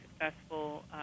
successful